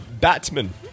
Batman